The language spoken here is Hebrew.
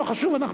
לא חשוב.